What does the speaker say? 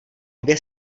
dvě